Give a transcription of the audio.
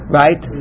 right